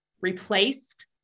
replaced